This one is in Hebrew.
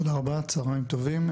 תודה רבה, צוהריים טובים.